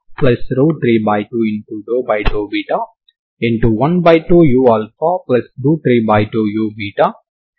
అంటే మీరు ఈ తరంగ సమీకరణాన్ని తీసుకొని ఈ x డొమైన్ ను 0 నుండి ∞ కి మార్చాలి మరియు మీరు సరిహద్దు షరతును అందించాలి